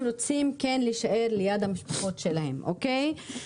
כן להישאר ליד המקומות שלהם, אוקיי?